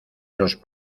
los